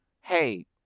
Hey